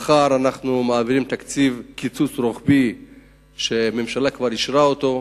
מחר אנחנו מעבירים קיצוץ רוחבי שהממשלה כבר אישרה אותו,